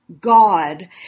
God